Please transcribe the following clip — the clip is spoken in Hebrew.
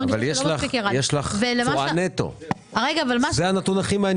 יש לך תשואה נטו, וזה הנתון הכי מעניין.